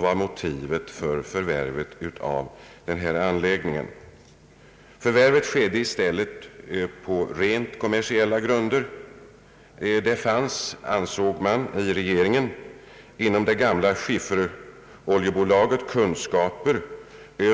I stället gjordes förvärvet på rent kommersiella grunder — man ansåg i regeringen att inom det gamla Skifferoljebolaget fanns kunskaper